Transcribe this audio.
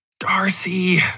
Darcy